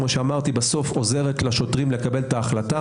בסוף עוזרת לשוטרים לקבל את ההחלטה.